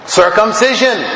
circumcision